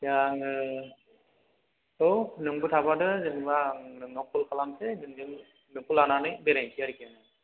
दा आङो औ नोंबो थाफादो जेनोबा आं नोंनाव कल खालामसै नोंजों नोंखौ लानानै बेरायसै आरखि आङो